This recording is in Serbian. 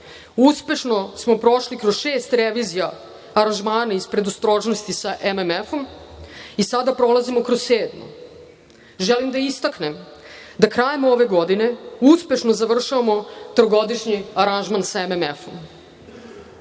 Uspešno smo prošli kroz šest revizija aranžmana iz predostrožnosti sa MMF-om i sada prolazimo kroz sedmu. Želim da istaknem da krajem ove godine uspešno završavamo trogodišnji aranžman sa MMF.Ova